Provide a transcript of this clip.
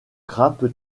grappe